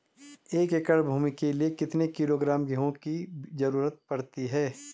एक एकड़ भूमि के लिए कितने किलोग्राम गेहूँ की जरूरत पड़ती है?